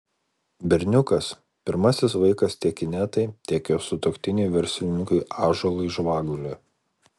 berniukas pirmasis vaikas tiek inetai tiek jos sutuoktiniui verslininkui ąžuolui žvaguliui